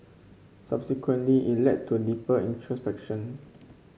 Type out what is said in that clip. subsequently it led to deeper introspection